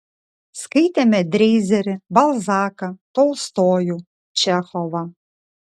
skaitėme dreizerį balzaką tolstojų čechovą